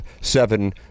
seven